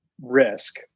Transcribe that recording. risk